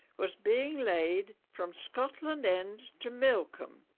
was being laid from scotland end to milcombe